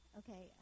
okay